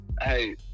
hey